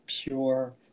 pure